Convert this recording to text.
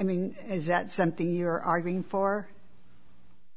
i mean is that something you're arguing for